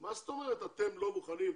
מה זאת אומרת אתם לא מוכנים?